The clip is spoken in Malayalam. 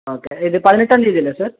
ഓക്കെ ഏത് പതിനെട്ടാം തീയതി അല്ലേ സർ